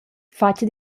fatga